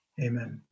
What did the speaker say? Amen